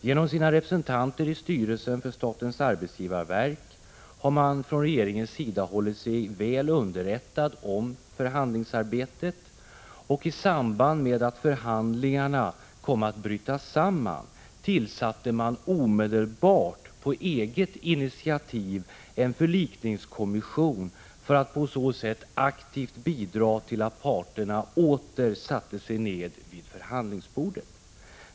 Genom sina representanter i styrelsen för statens 5 än SN arbetsgivarverk har man från regeringens sida hållit sig väl underrättad om 2115 HÖTSPERI ÖVRIG m.m. förhandlingsarbetet, och i samband med att förhandlingarna bröt samman tillsatte regeringen omedelbart, på eget initiativ, en förlikningskommission, TCO-konflikten våren för att på så sätt aktivt bidra till att parterna åter skulle sätta sig ned vid 1985 förhandlingsbordet.